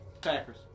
Packers